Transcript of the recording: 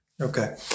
okay